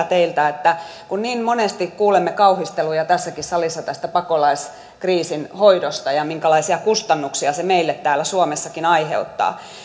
teiltä myös kun niin monesti kuulemme kauhisteluja tässäkin salissa tästä pakolaiskriisin hoidosta ja siitä minkälaisia kustannuksia se meille täällä suomessakin aiheuttaa